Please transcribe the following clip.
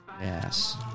Yes